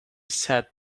sad